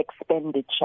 expenditure